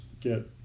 get